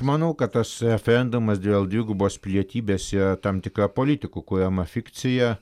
manau kad tas referendumas dėl dvigubos pilietybės yra tam tikra politikų kuriama fikcija